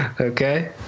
Okay